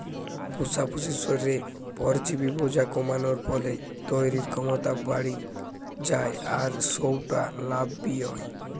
পুশা পশুর শরীরে পরজীবি বোঝা কমানার ফলে তইরির ক্ষমতা বাড়ি যায় আর সউটা লাভ বি হয়